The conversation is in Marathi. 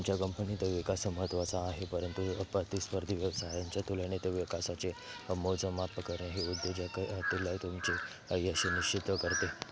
तुमच्या कंपनी तो विकास महत्त्वाचा आहे परंतु प्रतिस्पर्धी व्यवसायांच्या तुलनेत विकासाचे मोजमाप करणे हे उद्योजकातील तुमचे याशे निश्चित करते